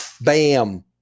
bam